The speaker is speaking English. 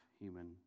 human